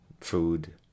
food